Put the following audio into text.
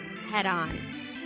head-on